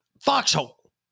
foxhole